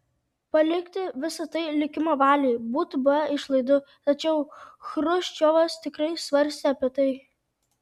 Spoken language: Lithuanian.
palikti visa tai likimo valiai būtų buvę išlaidu tačiau chruščiovas tikrai svarstė apie tai